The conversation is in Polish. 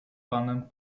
panem